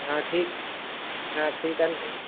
हो ठीक हो ठीक आहे ना सर